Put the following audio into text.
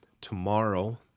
tomorrow